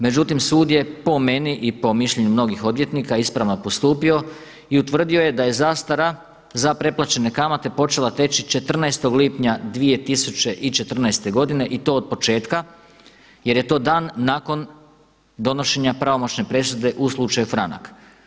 Međutim sud je po meni i po mišljenju mnogih odvjetnika ispravno postupio i utvrdio je da je zastara za preplaćene kamate počela teći 14. lipnja 2014. godine i to od početka jer je to dan nakon donošenja pravomoćne presude u slučaju Franak.